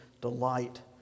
delight